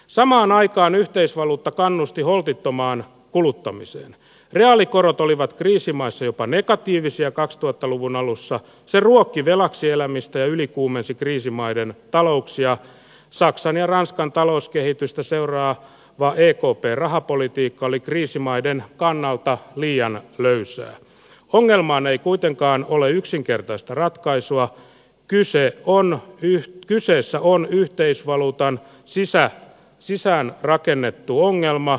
samaan aikaan yhteisvaluutta kannusti holtittomaan kuluttamisen reaalikorot olivat kriisimaissa jopa negatiivisia kaksituhatta luvun alussa se ruokki velaksi elämistä ylikuumensi kriisimaiden talouksia saksan ja ranskan talouskehitystä seuraa paheecoupe rahapolitiikka oli kriisimaiden kannalta liian löysää ongelmaan ei kuitenkaan ole yksinkertaista ratkaisua kyse on yhä kyseessä on yhteisvaluutan sysää sisään rakennettu ongelmat